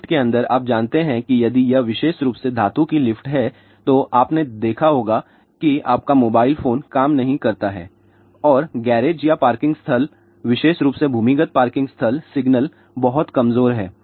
lift के अंदर आप जानते हैं कि यदि यह विशेष रूप से धातु की लिफ्ट है तो आपने देखा होगा कि आपका मोबाइल फोन काम नहीं करता है और गैरेज या पार्किंग स्थल विशेष रूप से भूमिगत पार्किंग स्थल सिग्नल बहुत कमजोर है